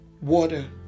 water